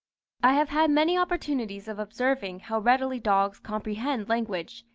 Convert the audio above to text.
i have had many opportunities of observing how readily dogs comprehend language,